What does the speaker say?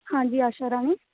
ਹਾਂਜੀ ਆਸ਼ਾ ਰਾਣੀ